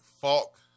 Falk